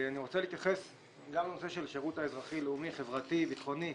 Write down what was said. אני רוצה להתייחס גם לנושא של השירות האזרחי לאומי חברתי ביטחוני,